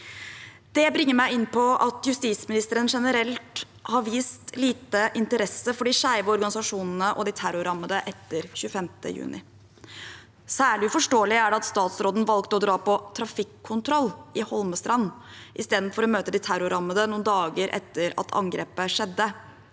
Det bringer meg inn på at justisministeren generelt har vist lite interesse for de skeive organisasjonene og de terrorrammede etter 25. juni. Særlig uforståelig er det at statsråden valgte å dra på trafikkontroll i Holmestrand istedenfor å møte de terrorrammede noen dager etter at angrepet skjedde.